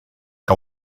que